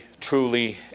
truly